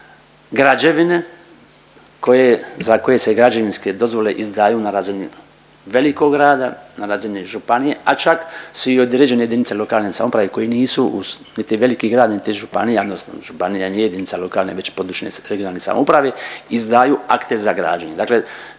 građevine koje, za koje se građevinske dozvole izdaju na razini velikog grada, na razini županije, a čak su i određene jedinice lokalne samouprave koje nisu niti veliki grad niti županija odnosno županije nije jedinica lokalne već područne (regionalne) samouprave izdaju akte za građenje.